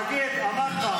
תגיד, אמרת.